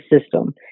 system